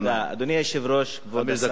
חמש דקות לאדוני.